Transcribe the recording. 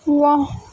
واہ